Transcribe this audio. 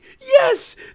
yes